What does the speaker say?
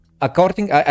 according